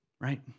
right